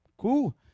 Cool